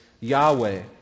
Yahweh